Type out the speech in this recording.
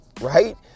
right